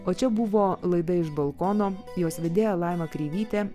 o čia buvo laida iš balkono jos vedėja laima kreivytė